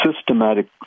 systematic